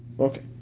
Okay